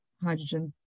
hydrogen